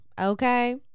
Okay